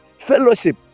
fellowship